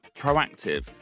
proactive